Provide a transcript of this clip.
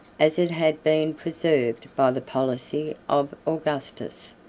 as it had been preserved by the policy of augustus,